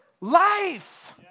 life